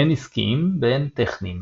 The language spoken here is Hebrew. הן עסקיים והן טכניים.